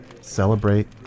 celebrate